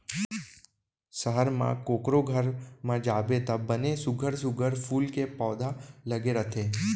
सहर म कोकरो घर म जाबे त बने सुग्घर सुघ्घर फूल के पउधा लगे रथे